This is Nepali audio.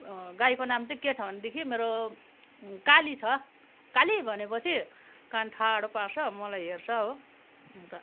गाईको नाम चाहिँ के छ भनेदेखि मेरो काली छ काली भनेपछि कान ठाडो पार्छ मलाई हेर्छ हो अन्त